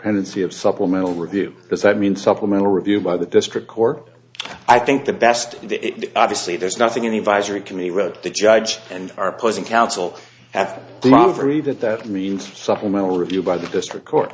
pendency of supplemental review does that mean supplemental review by the district court i think the best the obviously there's nothing any advise or it can be read the judge and are opposing counsel have the luxury that that means supplemental review by the district court